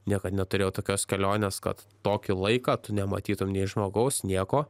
niekad neturėjau tokios kelionės kad tokį laiką tu nematytum nei žmogaus nieko